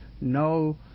no